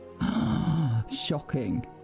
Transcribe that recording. Shocking